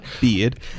Beard